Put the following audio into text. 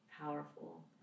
powerful